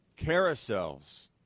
Carousels